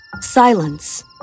Silence